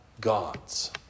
God's